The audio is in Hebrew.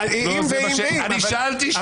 אני שאלתי שאלה את היועץ המשפטי.